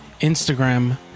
Instagram